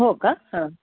हो का हां